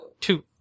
Two